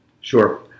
Sure